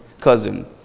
cousin